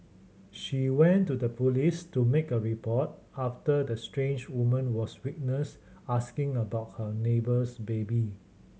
she went to the police to make a report after the strange woman was witnessed asking about her neighbour's baby